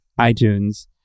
iTunes